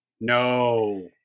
no